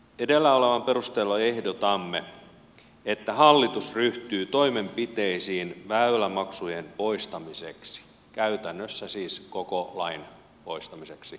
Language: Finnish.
edellä olevan perusteella ehdotamme että hallitus ryhtyy toimenpiteisiin väylämaksujen poistamiseksi käytännössä siis koko lain poistamiseksi ja kumoamiseksi